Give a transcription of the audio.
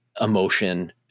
emotion